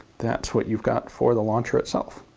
that's what you've got for the launcher itself.